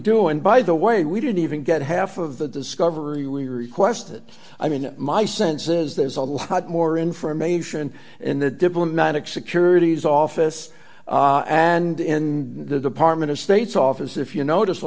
do and by the way we didn't even get half of the discovery we requested i mean my sense is there's a lot more information in the diplomatic securities office and in the department of state's office if you notice a